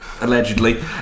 allegedly